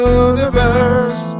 universe